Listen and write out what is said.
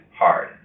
hard